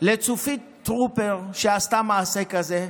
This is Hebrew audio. לצופית טרופר, שעשתה מעשה כזה.